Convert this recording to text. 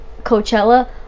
Coachella